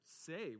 say